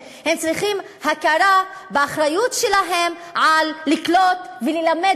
הם צריכים הכרה באחריות שלהם לקלוט וללמד